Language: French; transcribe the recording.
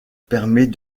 permet